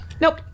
Nope